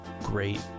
great